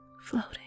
floating